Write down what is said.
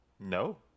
No